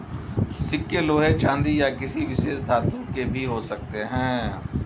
सिक्के लोहे चांदी या किसी विशेष धातु के भी हो सकते हैं